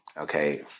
Okay